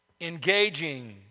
Engaging